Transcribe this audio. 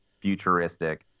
futuristic